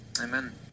Amen